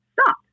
stop